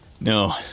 No